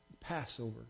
Passover